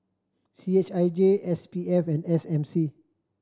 C H I J S P F and S M C